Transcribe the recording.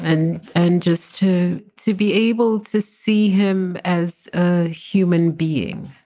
and and just to to be able to see him as a human being